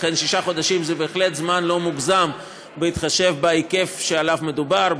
לכן שישה חודשים זה בהחלט זמן לא מוגזם בהתחשב בהיקף שעליו מדובר,